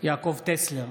אינו נוכח בועז טופורובסקי,